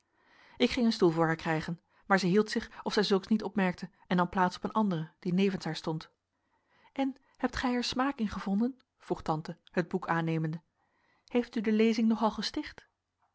ik ging een stoel voor haar krijgen maar zij hield zich of zij zulks niet opmerkte en nam plaats op een anderen die nevens haar stond en hebt gij er smaak in gevonden vroeg tante het boek aannemende heeft u de lezing nogal gesticht